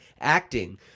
acting